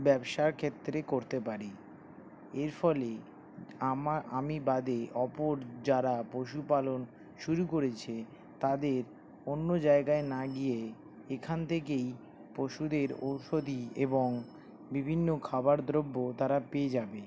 ব্যবসার ক্ষেত্রে করতে পারি এর ফলে আমি বাদে অপর যারা পশুপালন শুরু করেছে তাদের অন্য জায়গায় না গিয়ে এখান থেকেই পশুদের ঔষধি এবং বিভিন্ন খাবার দ্রব্য তারা পেয়ে যাবে